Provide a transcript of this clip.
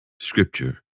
Scripture